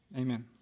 amen